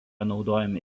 naudojami